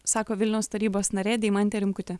sako vilniaus tarybos narė deimantė rimkutė